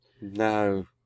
no